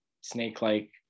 snake-like